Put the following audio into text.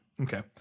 Okay